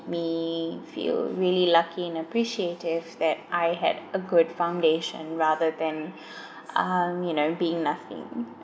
me feel really lucky and appreciative that I had a good foundation rather than um you know being nothing